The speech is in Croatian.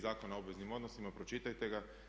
Zakona o obveznim odnosima pročitajte ga.